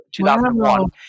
2001